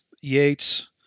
Yates